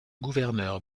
gouverneur